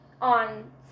on